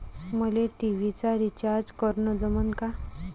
मले टी.व्ही चा रिचार्ज करन जमन का?